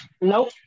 nope